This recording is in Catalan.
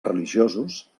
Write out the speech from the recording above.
religiosos